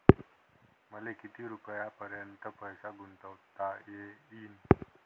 मले किती रुपयापर्यंत पैसा गुंतवता येईन?